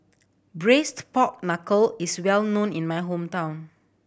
Braised Pork Knuckle is well known in my hometown